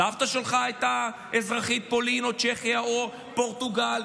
סבתא שלך הייתה אזרחית פולין או צ'כיה או פורטוגל,